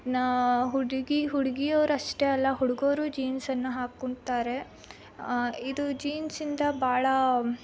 ನಾ ಹುಡುಗಿ ಹುಡ್ಗಿಯವ್ರು ಅಷ್ಟೇ ಅಲ್ಲ ಹುಡ್ಗರೂ ಜೀನ್ಸನ್ನು ಹಾಕ್ಕೊಳ್ತಾರೆ ಇದು ಜೀನ್ಸಿಂದ ಭಾಳ